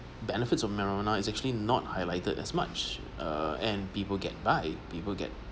benefits of marijuana it's actually not highlighted as much uh and people get by people get